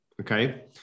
okay